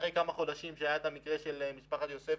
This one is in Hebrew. אחרי כמה חודשים, כשקרה המקרה של משפחת יוספי,